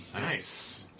Nice